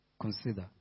consider